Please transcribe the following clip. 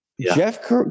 Jeff